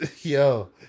Yo